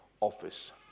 office